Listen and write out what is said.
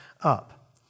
up